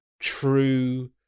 True